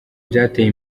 byateye